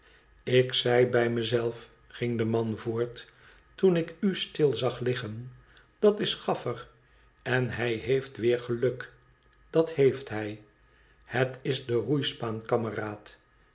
tik zei bij me zelf ging de man voort t toen ik u stil zag liggen t dat is gaflfer en hij heeft weer geluk dat heeft hij het is de roeispaan kameraad